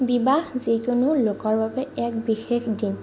বিবাহ যিকোনো লোকৰ বাবে এক বিশেষ দিন